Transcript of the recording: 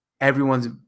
Everyone's